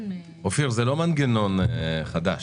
אופיר, זה לא מנגנון חדש.